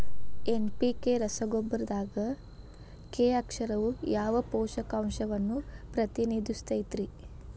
NPK ರಸಗೊಬ್ಬರದಾಗ K ಅಕ್ಷರವು ಯಾವ ಪೋಷಕಾಂಶವನ್ನ ಪ್ರತಿನಿಧಿಸುತೈತ್ರಿ?